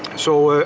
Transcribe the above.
so,